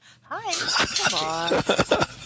hi